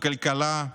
בכלכלה,